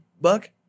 Buck